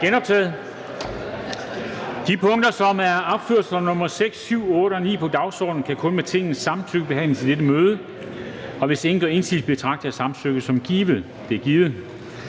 Kristensen): De punkter, som er opført som nr. 6, 7, 8 og 9 på dagsordenen, kan kun med Tingets samtykke behandles i dette møde. Og hvis ingen gør indsigelse, betragter jeg samtykket som givet. Det er givet.